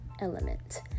element